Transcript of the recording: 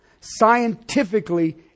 scientifically